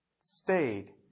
stayed